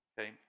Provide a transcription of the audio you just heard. Okay